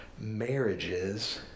marriages